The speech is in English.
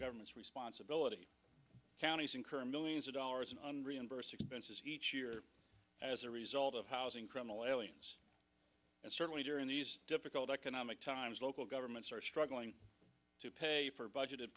government's responsibility counties incur millions of dollars in reimburse expenses as a result of housing criminal aliens and certainly during these difficult economic times local governments are struggling to pay for budgeted